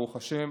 ברוך השם.